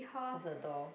of the door